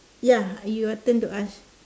ya your turn to ask